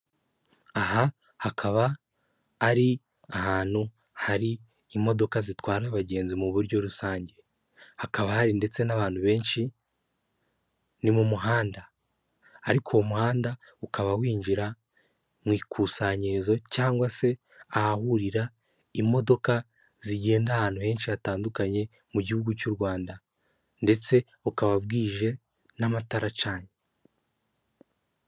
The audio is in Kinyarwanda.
Aha hakaba ari ahantu hari imodoka zitwara abagenzi mu buryo rusange, hakaba hari ndetse n'abantu benshi, ni mu muhanda, ariko uwo muhanda ukaba winjira mu ikusanyirizo cyangwa se ahahurira imodoka zigenda ahantu henshi hatandukanye mu gihugu cy'u rwanda ndetse ukaba bwije n'amataracanye.